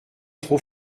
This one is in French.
trop